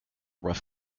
rough